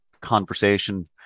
conversation